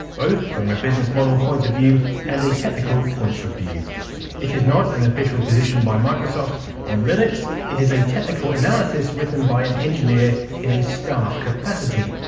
both from a business model point of view and a technical point of view it is not an official position by microsoft on linux. it is a technical analysis written by an engineer in a staff capacity,